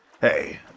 Hey